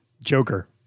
Joker